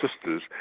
sisters